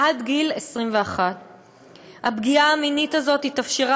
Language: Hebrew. עד גיל 21. הפגיעה המינית הזאת התאפשרה